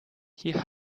hier